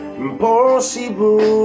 impossible